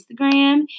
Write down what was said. Instagram